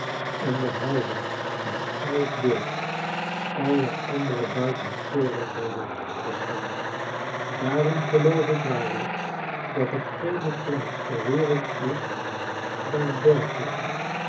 en de houding van elk beeld alle andere buitensporigheden beschaamt daarom geloof ik waarlijk dat er geene plaats ter wereld is waar dergelijke